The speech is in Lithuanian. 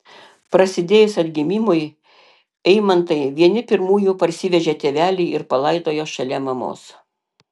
prasidėjus atgimimui eimantai vieni pirmųjų parsivežė tėvelį ir palaidojo šalia mamos